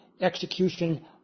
execution